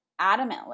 adamantly